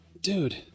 Dude